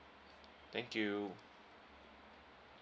thank you